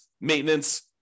maintenance